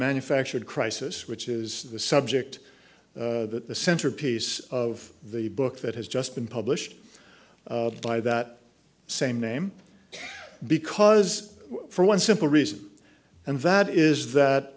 manufactured crisis which is the subject that the centerpiece of the book that has just been published by that same name because for one simple reason and that is that